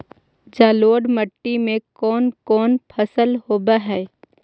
जलोढ़ मट्टी में कोन कोन फसल होब है?